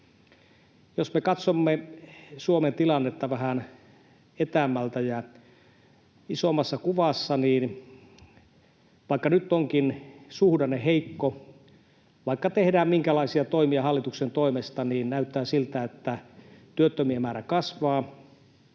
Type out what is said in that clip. Jos me katsomme Suomen tilannetta vähän etäämmältä ja isommassa kuvassa, niin vaikka nyt onkin suhdanne heikko — vaikka tehdään minkälaisia toimia hallituksen toimesta, niin näyttää siltä, että työttömien määrä kasvaa